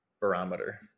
barometer